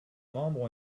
membres